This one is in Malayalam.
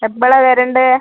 എപ്പളാണ് വരണ്ടത്